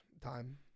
time